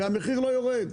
והמחיר לא יורד.